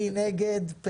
מי נגד?